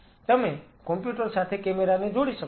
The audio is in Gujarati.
તમે કોમ્પ્યુટર સાથે કેમેરા ને જોડી શકો છો